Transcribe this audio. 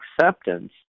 acceptance